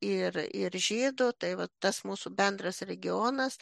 ir ir žydų tai va tas mūsų bendras regionas